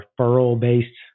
referral-based